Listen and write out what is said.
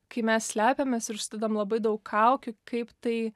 kai mes slepiamės ir užsidedam labai daug kaukių kaip tai